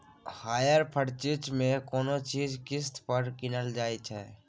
hire purchase मे कोनो चीज किस्त पर कीनल जाइ छै